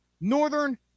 Northern